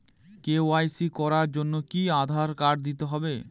KYC করার জন্য কি আধার কার্ড দিতেই হবে?